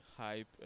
hype